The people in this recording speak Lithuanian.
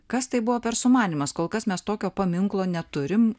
kas tai buvo per sumanymas kol kas mes tokio paminklo neturim